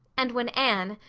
and when anne,